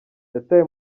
yatawe